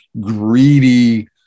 greedy